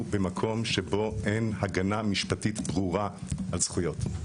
במקום שבו אין הגנה משפטית ברורה על זכויות,